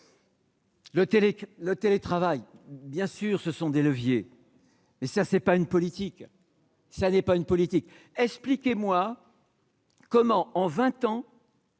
le télétravail, bien sûr, ce sont des leviers et ça c'est pas une politique. ça n'est pas une politique, expliquez-moi comment en 20 ans